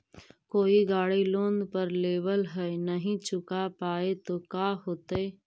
कोई गाड़ी लोन पर लेबल है नही चुका पाए तो का होतई?